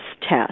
test